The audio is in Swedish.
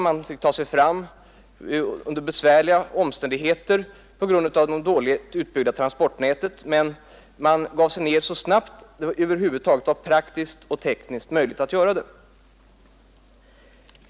Man fick ta sig fram under besvärliga omständigheter på grund av det dåligt utbyggda transportnätet, men man startade resan så snabbt det över huvud taget var praktiskt och tekniskt möjligt att göra det.